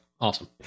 awesome